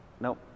Nope